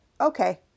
Okay